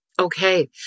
Okay